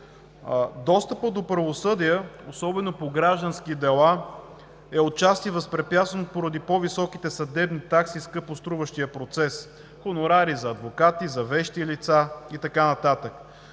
Достъпът до правосъдие, особено по граждански дела, е отчасти възпрепятстван поради по-високите съдебни такси и скъпоструващият процес – хонорари за адвокати, за вещи лица и така